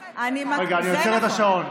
חברת הכנסת סטרוק, רגע, אני עוצר את השעון.